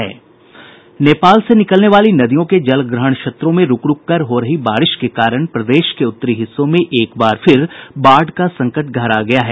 नेपाल से निकलने वाली नदियों के जलग्रहण क्षेत्रों में रूक रूक कर हो रही बारिश के कारण प्रदेश के उत्तरी हिस्सों में एक बार फिर बाढ़ का संकट गहरा गया है